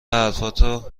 حرفاتو